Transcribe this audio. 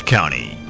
County